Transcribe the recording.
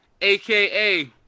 aka